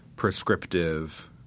Prescriptive